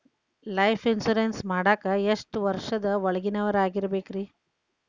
Life insurance ಮಾಡಾಕ ಎಷ್ಟು ವರ್ಷದ ಒಳಗಿನವರಾಗಿರಬೇಕ್ರಿ?